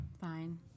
Fine